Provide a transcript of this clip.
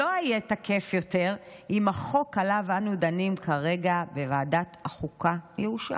שלא יהיה תקף יותר אם החוק שעליו אנו דנים כרגע בוועדת החוקה יאושר.